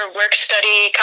work-study